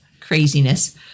craziness